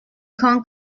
grands